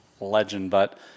legend—but